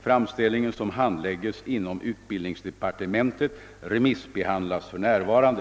Framställningen, som handläggs inom utbildningsdepartementet, remissbehandlas för närvarande.